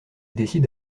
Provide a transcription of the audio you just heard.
décide